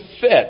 fit